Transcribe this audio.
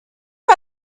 you